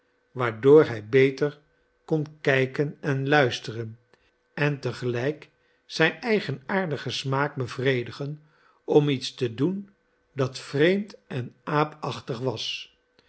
waardoor hij beter kon kijken en luisteren en te gelijk zijn eigenaardigen smaak bevredigen om iets te doen dat vreemd en aapachtig was